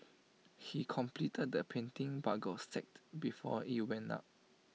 he completed the painting but got sacked before IT went up